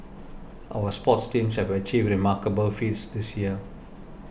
our sports teams have achieved remarkable feats this year